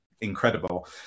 incredible